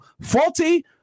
faulty